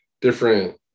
different